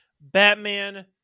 Batman